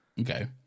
Okay